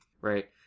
right